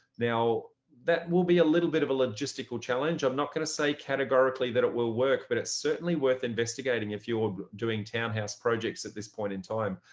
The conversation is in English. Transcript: now, that will be a little bit of a logistical challenge. i'm not going to say categorically that it will work. but it's certainly worth investigating. if you're doing townhouse projects at this point in time,